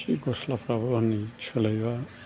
सि गस्लाफ्राबो हनै सोलायबाय